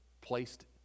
placed